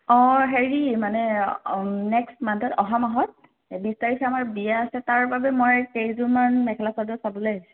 অঁ হেৰি মানে নেক্সট মান্থত অহা মাহত বিশ তাৰিখে আমাৰ বিয়া আছে তাৰ বাবে মই কেইযোৰমান মেখেলা চাদৰ চাবলৈ আহিছিলোঁ